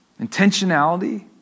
intentionality